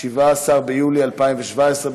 17 ביולי 2017,